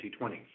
2020